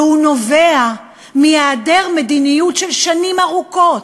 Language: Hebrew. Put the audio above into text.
והוא נובע מהיעדר מדיניות של שנים ארוכות,